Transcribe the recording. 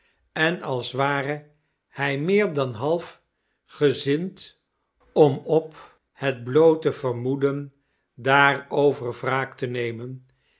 en als ware hij meer dan half gezind om op het bloote vermoeden daarover wraak te nemen